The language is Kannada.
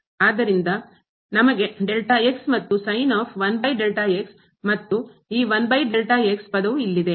ಆದ್ದರಿಂದ ನಮಗೆ ಮತ್ತು ಮತ್ತು ಈ ಪದವು ಇಲ್ಲಿದೆ